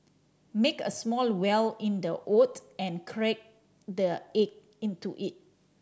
make a small well in the oat and crack the egg into it